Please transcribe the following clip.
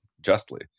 justly